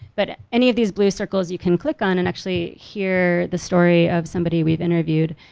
but ah any of these blue circles, you can click on and actually hear the story of somebody we've interviewed.